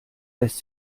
lässt